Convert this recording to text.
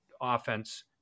offense